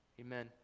Amen